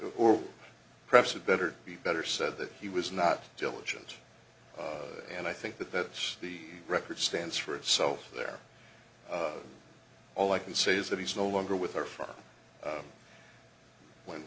or perhaps it better be better said that he was not diligent and i think that that the record stands for itself there all i can say is that he's no longer with or from when